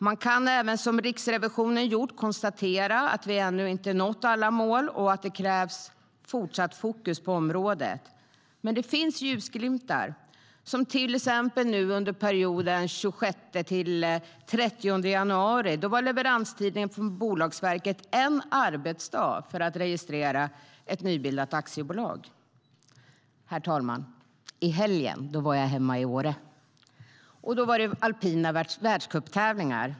Man kan, som Riksrevisionen har gjort, konstatera att vi ännu inte har nått alla mål och att det krävs fortsatt fokus på området. Men det finns ljusglimtar. Exempelvis var under perioden 26-30 januari leveranstiden från Bolagsverket en enda arbetsdag för att registrera ett nybildat aktiebolag. Herr ålderspresident! I helgen var jag hemma i Åre, och där var det alpina världscuptävlingar.